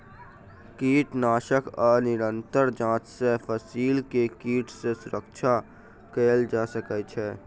कीटनाशक आ निरंतर जांच सॅ फसिल के कीट सॅ सुरक्षा कयल जा सकै छै